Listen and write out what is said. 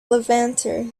levanter